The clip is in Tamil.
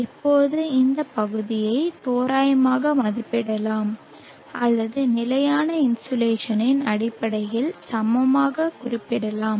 இப்போது இந்த பகுதியை தோராயமாக மதிப்பிடலாம் அல்லது நிலையான இன்சோலேஷனின் அடிப்படையில் சமமாக குறிப்பிடலாம்